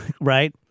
Right